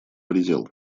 предел